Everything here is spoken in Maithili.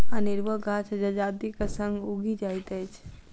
अनेरुआ गाछ जजातिक संग उगि जाइत अछि